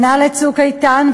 שנה ל"צוק איתן",